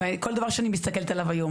וכל דבר שאני מסתכלת עליו היום,